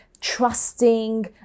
trusting